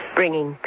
bringing